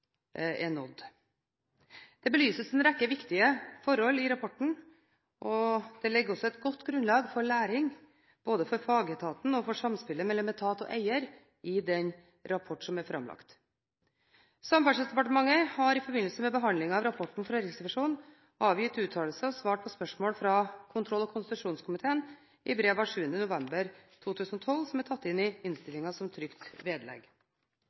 er nådd. Det belyses en rekke viktig forhold i rapporten, og det ligger også et godt grunnlag for læring både for fagetaten og for samspillet mellom etat og eier i den rapport som er framlagt. Samferdselsdepartementet har i forbindelse med behandlingen av rapporten fra Riksrevisjonen avgitt uttalelse og svart på spørsmål fra kontroll- og konstitusjonskomiteen i brev av 7. november 2012, som er tatt inn i innstillingen som trykt vedlegg.